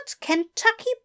Kentucky